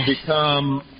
become